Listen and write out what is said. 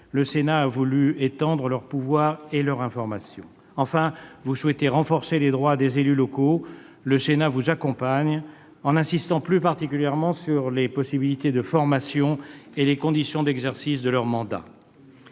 Le Sénat a voulu étendre leurs pouvoirs et leur information. Enfin, vous souhaitez renforcer les droits des élus locaux. Le Sénat vous accompagne, en insistant plus particulièrement sur les possibilités de formation et les conditions d'exercice de leur mandat.